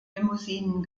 limousinen